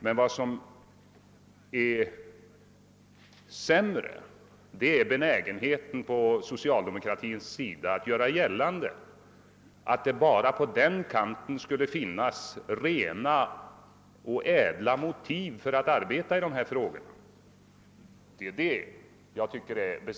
Mindre tillfredsställande är att socialdemokraterna har blivit mer benägna för att göra gällande att det bara är de som har rena och ädla motiv för sina förslag i dessa frågor.